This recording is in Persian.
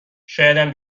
شایدم